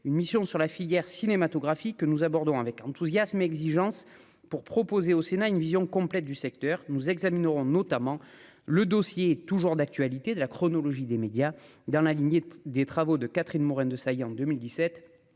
une mission sur la filière cinématographique que nous abordons avec enthousiasme exigence pour proposer au Sénat une vision complète du secteur nous examinerons notamment, le dossier est toujours d'actualité, de la chronologie des médias dans la lignée des travaux de Catherine Morin-Desailly en 2017